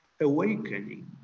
awakening